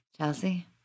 Chelsea